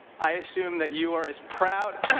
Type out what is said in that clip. i assume that you are as proud